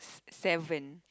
seven